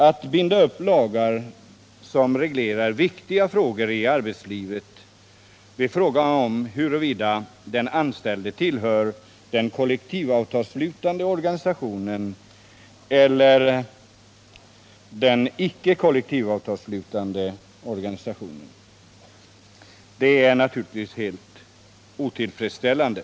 Att binda upp lagar som reglerar viktiga problem i arbetslivet 1 december 1977 vid frågan huruvida den anställde tillhör den kollektivavtalsslutande or: I ganisationen eller den icke kollektivavtalsslutande organisationen är =: Minoritetsorganisamycket otillfredsställande.